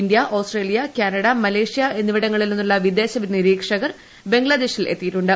India Australia Canada Malaysia എന്നിവിടങ്ങളിൽ നിന്നുള്ള വിദേശ നിരീക്ഷകർ ബംഗ്ലാദേശിൽ എത്തിയിട്ടുണ്ട്